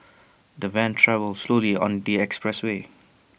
the van travelled slowly on the expressway